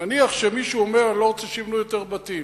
נניח שמישהו אומר: אני לא רוצה שיבנו יותר בתים.